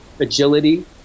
agility